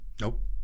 Nope